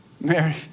Mary